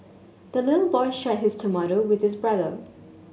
the little boy shared his tomato with his brother